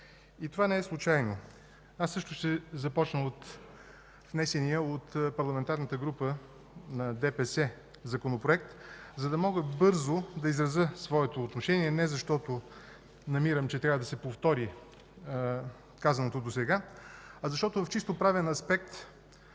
и това не е случайно. Аз също ще започна от внесения от Парламентарната група на ДПС Законопроект, за да мога бързо да изразя своето отношение и не защото намирам, че трябва да се повтори казаното досега, а защото от чисто правен аспект